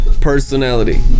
personality